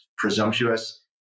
presumptuous